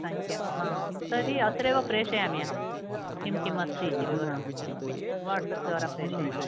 संङ्ख्या तर्हि अत्रैव प्रेषयामि अहं किं किमस्ति इति विवरणं वाट्सप् द्वारा प्रेषयामि